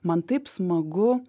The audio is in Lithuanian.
man taip smagu